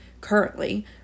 currently